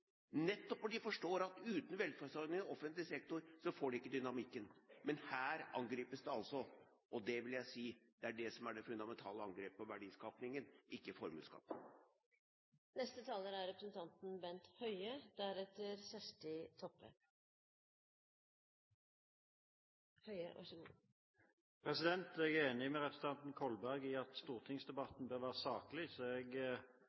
Nettopp fordi de forstår at uten velferdsordningene i den offentlige sektoren, får de ikke dynamikken. Men her angripes det altså, og jeg vil si at det er det som er det fundamentale angrepet på verdiskapingen, ikke formuesskatten. Jeg er enig med representanten Kolberg i at stortingsdebatten bør være saklig. Jeg håper at han etter mitt innlegg vil ta en alvorsprat med